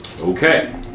Okay